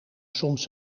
soms